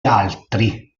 altri